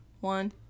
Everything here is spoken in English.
One